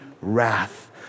wrath